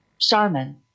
Charmin